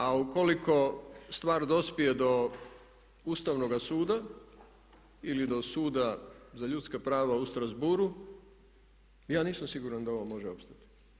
A ukoliko stvar dospije do Ustavnoga suda ili do suda za ljudska prava u Strasbourgu ja nisam siguran da ovo može opstati.